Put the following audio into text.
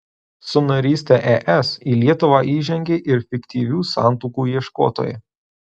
su naryste es į lietuvą įžengė ir fiktyvių santuokų ieškotojai